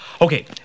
Okay